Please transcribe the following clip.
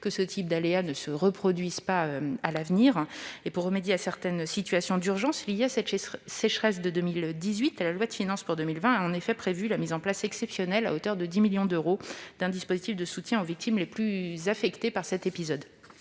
que ce type de dégâts ne se reproduise pas pour les constructions à venir. Pour remédier à certaines situations d'urgence liées à la sécheresse de 2018, la loi de finances pour 2020 a prévu la mise en place exceptionnelle, à hauteur de 10 millions d'euros, d'un dispositif de soutien aux victimes les plus affectées par l'épisode.